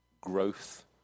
growth